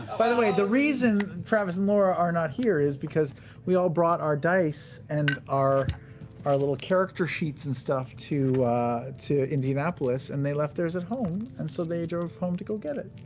by the way, the reason travis and laura are not here is because we all brought our dice and our our little character sheets and to to indianapolis, and they left theirs at home, and so they drove home to go get it.